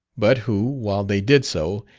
but who, while they did so,